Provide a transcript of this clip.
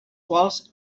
quals